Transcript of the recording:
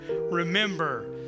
remember